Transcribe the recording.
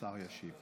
השר ישיב.